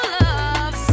love